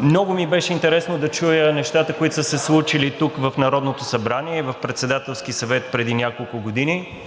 Много ми беше интересно да чуя нещата, които са се случили тук в Народното събрание и на Председателски съвет преди няколко години